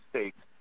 states